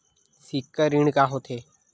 सिक्छा ऋण का होथे?